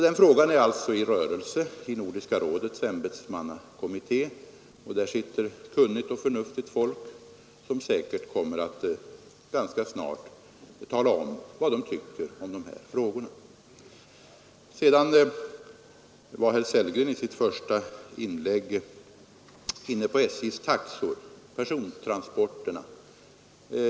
Den frågan är alltså under utredning i Nordiska rådets tjänstemannakommitté, och där sitter kunnigt och förnuftigt folk som säkert ganska snart kommer att tala om vad de tycker i dessa frågor. Herr Sellgren var i sitt första inlägg inne på SJ:s persontaxor.